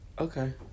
okay